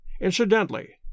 Incidentally